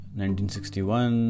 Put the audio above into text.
1961